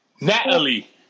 Natalie